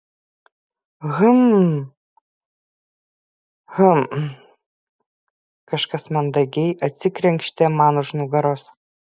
hm hm kažkas mandagiai atsikrenkštė man už nugaros